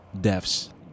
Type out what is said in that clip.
deaths